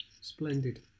Splendid